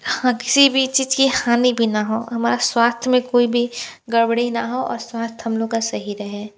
हाँ किसी भी चीज की हानि भी ना हो हमारा स्वास्थ्य में कोई भी गड़बड़ी ना हो और स्वास्थ्य हम लोगों का सही रहे